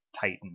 titan